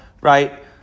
right